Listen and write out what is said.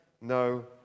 no